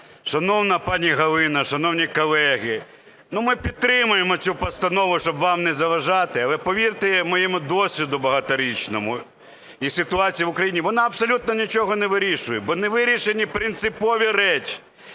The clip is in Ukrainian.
Шановна пані Галина, шановні колеги, ми підтримаємо цю постанову, щоб вам не заважати. Але повірте моєму досвіду багаторічному і ситуації в Україні, вона абсолютно нічого не вирішує, бо не вирішені принципові речі.